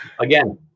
again